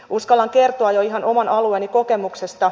uskallan kertoa jo ihan oman alueeni kokemuksesta